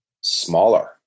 Smaller